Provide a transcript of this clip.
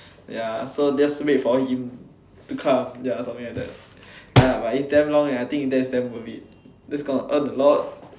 ya so just wait for him to come ya something like that ya but is damn long eh that is damn worth it that's gonna earn a lot